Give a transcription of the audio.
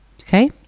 Okay